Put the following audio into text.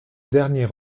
dernier